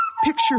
picture